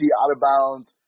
out-of-bounds